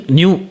new